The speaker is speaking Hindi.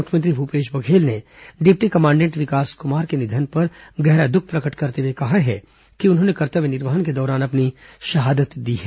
मुख्यमंत्री भूपेश बघेल ने डिप्टी कमांडेंट विकास कुमार के निधन पर गहरा दुःख प्र कट करते हुए कहा है कि उन्होंने कर्तव्य निर्वहन के दौरान अपनी शहादत दी है